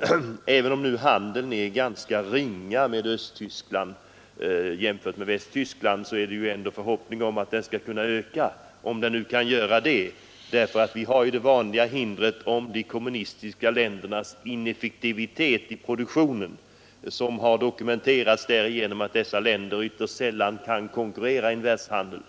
Vår handel med Östtyskland är ganska ringa jämfört med handeln med Västtyskland, men vi har ändå en förhoppning om att den skall öka. Det finns ju det vanliga hindret med de kommunistiska ländernas ineffektivitet i produktionen som har dokumenterats därigenom att dessa länder ytterst sällan kan konkurrera i världshandeln.